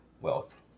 wealth